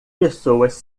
pessoas